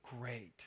great